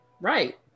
Right